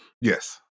Yes